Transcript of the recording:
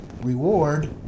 reward